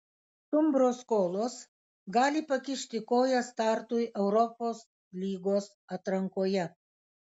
stumbro skolos gali pakišti koją startui europos lygos atrankoje